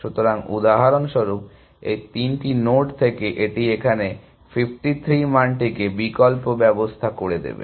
সুতরাং উদাহরণস্বরূপ এই তিনটি নোড থেকে এটি এখানে 53 মানটিকে বিকল্প ব্যবস্থা করে দেবে